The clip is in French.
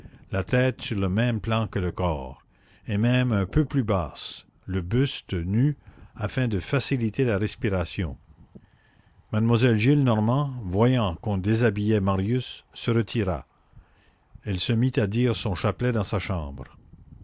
la tête sur le même plan que le corps et même un peu plus basse le buste nu afin de faciliter la respiration mademoiselle gillenormand voyant qu'on déshabillait marius se retira elle se mit à dire son chapelet dans sa chambre